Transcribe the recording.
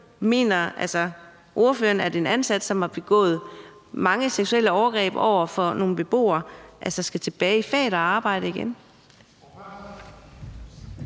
Mener ordføreren, at en ansat, som har begået mange seksuelle overgreb på nogle beboere, skal tilbage i faget og arbejde igen?